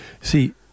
See